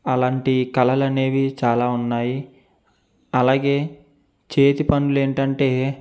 అలాంటి కళలనేవి చాలా ఉన్నాయి అలాగే చేతి పనులు ఏంటంటే